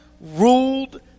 ruled